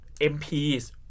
MPs